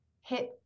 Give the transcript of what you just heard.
hit